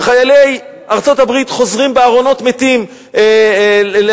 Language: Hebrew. וחיילי ארצות-הברית חוזרים בארונות מתים לארצות-הברית.